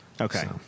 Okay